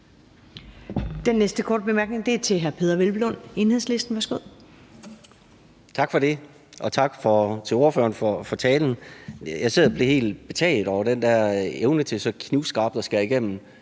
Den næste korte bemærkning er til hr. Peder Hvelplund, Enhedslisten. Værsgo. Kl. 21:16 Peder Hvelplund (EL): Tak for det, og tak til ordføreren for talen. Jeg sidder og bliver helt betaget af den der evne til så knivskarpt at skære igennem